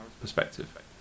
perspective